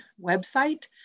website